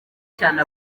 cyane